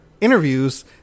interviews